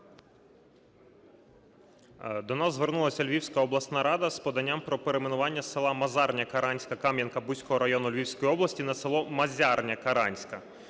До нас звернулася Львівська обласна рада з подання про перейменування села Мазарня-Каранська Кам'янка-Бузького району Львівської області на село Мазярня-Каранська.